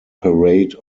parade